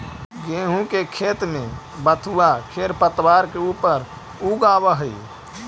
गेहूँ के खेत में बथुआ खेरपतवार के ऊपर उगआवऽ हई